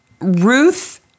Ruth